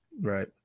Right